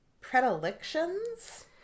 Predilections